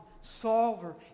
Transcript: solver